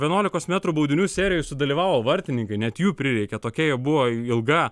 vienuolikos metrų baudinių serijoj sudalyvavo vartininkai net jų prireikė tokia jie buvo ilga